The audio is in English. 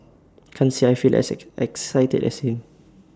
can't say I feel as as excited as him